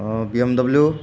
BMW